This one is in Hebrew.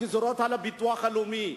הגזירות על הביטוח הלאומי,